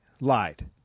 lied